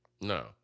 No